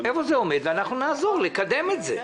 ואנחנו נעזור לקדם את זה.